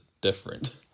different